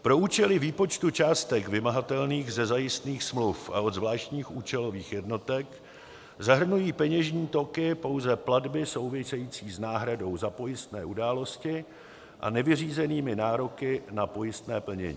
Pro účely výpočtu částek vymahatelných ze zajistných smluv a od zvláštních účelových jednotek zahrnují peněžní toky pouze platby související s náhradou za pojistné události a nevyřízenými nároky na pojistné plnění.